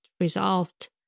resolved